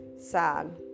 sad